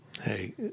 Hey